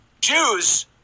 Jews